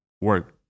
work